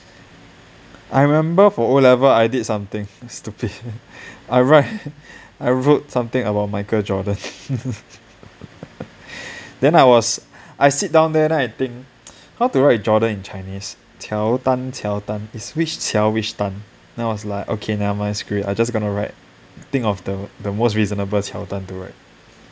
I remember for O level I did something stupid I write I wrote something about michael jordan then I was I sit down there then I think how to write jordan in chinese 乔丹乔丹 is which 乔 which 丹 then I was like okay never mind screw it I just gonna write think of the the most reasonable 乔丹 to write